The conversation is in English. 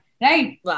Right